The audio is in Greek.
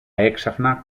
έξαφνα